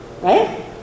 Right